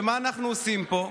ומה אנחנו עושים פה?